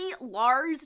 Lars